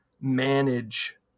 manage